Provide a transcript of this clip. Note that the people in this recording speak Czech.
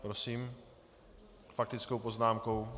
Prosím s faktickou poznámkou.